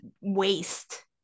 waste